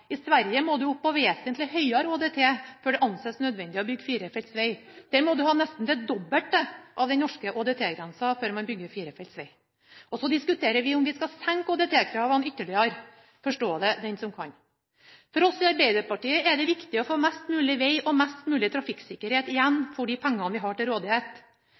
I Sverige må man opp på vesentlig høyere ÅDT før det ansees nødvendig å bygge firefelts veg. Der må man ha nesten det dobbelte av den norske ÅDT-grensen før man bygger firefelts veg. Og så diskuterer vi om vi skal senke ÅTD-kravene ytterligere. Forstå det den som kan! For oss i Arbeiderpartiet er det viktig å få mest mulig veg og mest mulig trafikksikkerhet igjen for de pengene vi har til rådighet.